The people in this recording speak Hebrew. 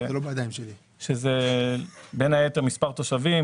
שזה בין היתר מספר תושבים,